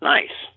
Nice